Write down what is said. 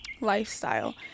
lifestyle